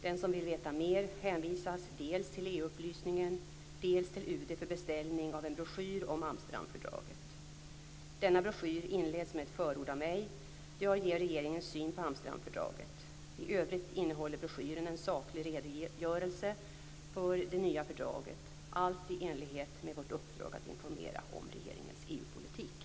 Den som vill veta mer hänvisas dels till EU-upplysningen, dels till UD för beställning av en broschyr om Amsterdamfördraget. Denna broschyr inleds med ett förord av mig, där jag ger regeringens syn på Amsterdamfördraget. I övrigt innehåller broschyren en saklig redogörelse för det nya fördraget, allt i enlighet med vårt uppdrag att informera om regeringens EU-politik.